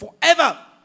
forever